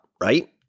right